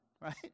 right